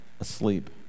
asleep